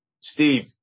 Steve